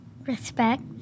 Respect